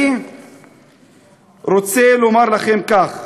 אני רוצה לומר לכם כך: